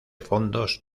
fondos